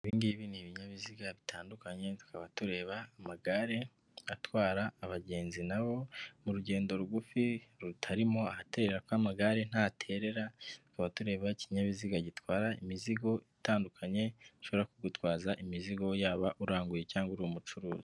Ibi ngibi ni binyabiziga bitandukanye; tuba tureba amagare, atwara abagenzi na bo mu rugendo rugufi, rutarimo ahaterera kuko amagare ntaterera. Tukaba tureba ikinyabiziga gitwara imizigo itandukanye, gishobora kugutwaza imizigo, yaba uranguye cyangwa uri mucuruzi.